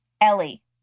Ellie